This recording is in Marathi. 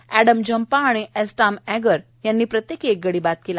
तर एडम झंपा आणि एसटाम अँगर याने प्रत्येकी एक गडी बाद केले